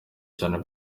cyane